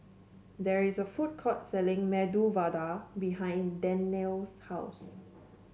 there is a food court selling Medu Vada behind Danyel's house